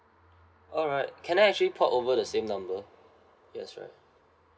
alright can I actually port over the same number yes right